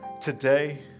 Today